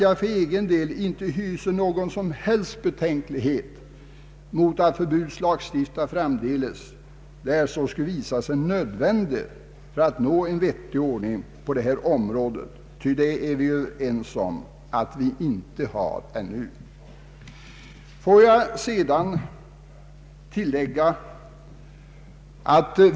Jag vill tillägga att jag inte hyser någon som helst betänklighet mot att förbudslagstifta framdeles, därest så skulle visa sig nödvändigt, för att nå en vettig ordning på detta område. Det är vi ju överens om att vi inte har ännu.